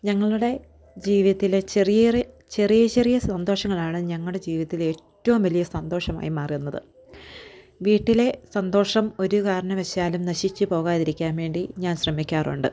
ഞങ്ങളുടെ ജീവിതത്തിലെ ചെറിയ ചെറിയചെറിയ സന്തോഷങ്ങളാണ് ഞങ്ങളുടെ ജീവിതത്തിലെ ഏറ്റോം വലിയ സന്തോഷമായി മാറുന്നത് വീട്ടിലെ സന്തോഷം ഒരു കാരണവശാലും നശിച്ചു പോകാതിരിക്കാൻ വേണ്ടി ഞാൻ ശ്രമിക്കാറുണ്ട്